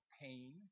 pain